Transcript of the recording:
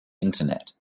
internet